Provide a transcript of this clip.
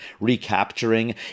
recapturing